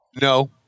No